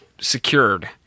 secured